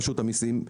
רשות המיסים,